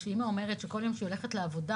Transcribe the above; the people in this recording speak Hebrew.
ואימא אמרה שכל יום כשהיא הולכת לעבודה